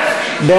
לשנת התקציב 2015,